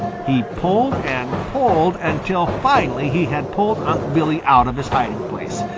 he pulled and pulled until finally he had pulled unc' billy out of his hiding-place,